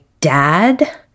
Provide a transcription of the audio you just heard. dad